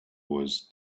was